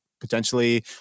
potentially